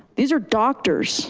these are doctors